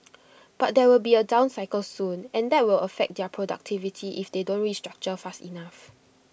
but there will be A down cycle soon and that will affect their productivity if they don't restructure fast enough